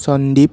Sandeep